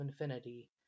infinity